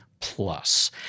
plus